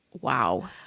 wow